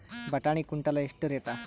ಬಟಾಣಿ ಕುಂಟಲ ಎಷ್ಟು ರೇಟ್?